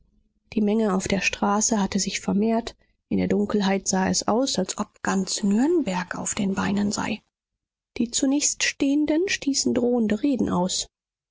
die menge auf der straße hatte sich vermehrt in der dunkelheit sah es aus als ob ganz nürnberg auf den beinen sei die zunächststehenden stießen drohende reden aus